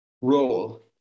role